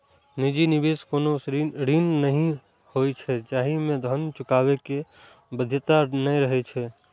निजी निवेश कोनो ऋण नहि होइ छै, जाहि मे धन चुकाबै के बाध्यता नै रहै छै